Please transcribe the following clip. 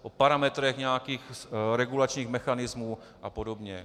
O parametrech nějakých regulačních mechanismů a podobně.